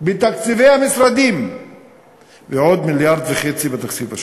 בתקציבי המשרדים ועוד מיליארד וחצי בתקציב השוטף.